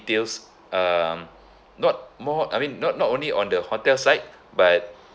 details um not more I mean not not only on the hotel site but